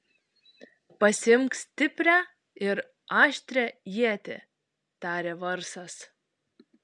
pasiimk stiprią ir aštrią ietį tarė varsas